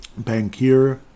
Bankier